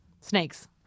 Snakes